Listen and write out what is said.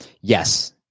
Yes